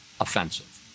offensive